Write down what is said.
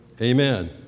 amen